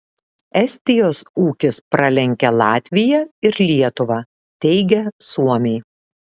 estijos ūkis pralenkia latviją ir lietuvą teigia suomiai